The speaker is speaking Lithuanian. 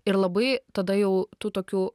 ir labai tada jau tų tokių